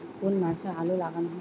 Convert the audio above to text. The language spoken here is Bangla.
কোন মাসে আলু লাগানো হয়?